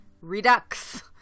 Redux